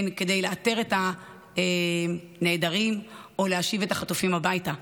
הוא כדי לאתר את הנעדרים או להשיב את החטופים הביתה,